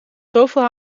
zoveel